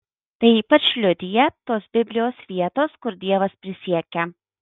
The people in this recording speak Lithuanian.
tai ypač liudija tos biblijos vietos kur dievas prisiekia